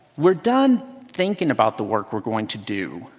we're done thinking about the work we're going to do.